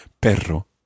Perro